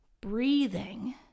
Breathing